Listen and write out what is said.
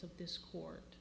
of this court